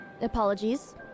Apologies